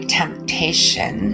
temptation